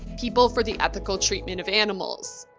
people for the ethical treatment of animals,